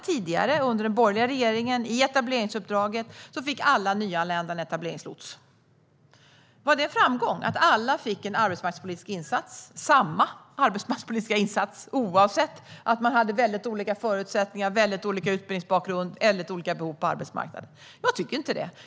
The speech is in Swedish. Tidigare, under den borgerliga regeringen, ingick i etableringsuppdraget att alla nyanlända fick en etableringslots. Var det en framgång att alla fick samma arbetsmarknadspolitiska insats trots att man hade väldigt olika förutsättningar, utbildningsbakgrund och behov på arbetsmarknaden? Jag tycker inte det.